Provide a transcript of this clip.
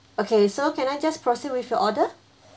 okay so can I just proceed with your order